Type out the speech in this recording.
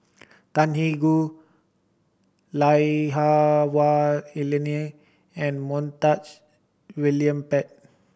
Tan Eng Hah Wah Elena and Montague William Pett